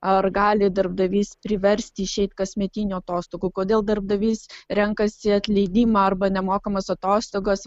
ar gali darbdavys priversti išeit kasmetinių atostogų kodėl darbdavys renkasi atleidimą arba nemokamas atostogas